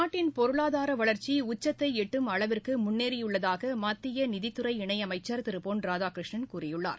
நாட்டின் பொருளாதார வளர்ச்சி உச்சத்தை எட்டும் அளவிற்கு முன்னேறியுள்ளதாக மத்திய நிதித்துறை இணையமைச்சர் திரு பொன் ராதாகிருஷ்ணன் கூறியுள்ளார்